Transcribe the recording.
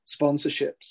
sponsorships